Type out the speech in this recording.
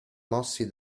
mossi